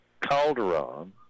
Calderon